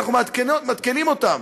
אנחנו מעדכנים אותם.